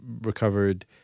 recovered